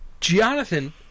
Jonathan